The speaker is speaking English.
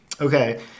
Okay